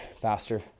faster